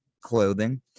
Clothing